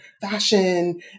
fashion